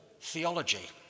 theology